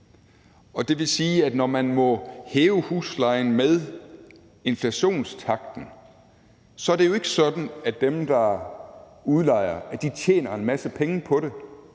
Det vil sige, at når man må hæve huslejen med inflationstakten, er det jo ikke sådan, at dem, der udlejer, tjener en masse penge på det.